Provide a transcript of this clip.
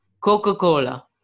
Coca-Cola